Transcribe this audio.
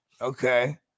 Okay